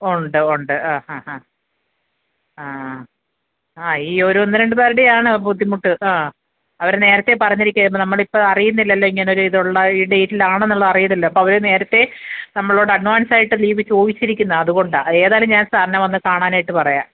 ഉണ്ട് ഉണ്ട് ആ ആ ആ ആ ആ ഈ ഒരു ഒന്നു രണ്ടു പേരുടെയാണ് ബുദ്ധിമുട്ട് ആ അവർ നേരത്തെ പറഞ്ഞിരിക്കാം ഇപ്പം നമ്മളിപ്പം അറിയുന്നില്ലല്ലോ ഇങ്ങനൊരിതുള്ള ഈ ഡേറ്റിൽ ആണെന്നുള്ളതറിയില്ലല്ലോ അപ്പം അവർ നേരത്തെ നമ്മളോട് അഡ്വാൻസായിട്ട് ലീവ് ചോദിച്ചിരിക്കുന്നതാണ് അതു കൊണ്ടാണ് ഏതായാലും ഞാൻ സാറിനെ വന്നു കാണാനായിട്ട് പറയുക